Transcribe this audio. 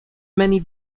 many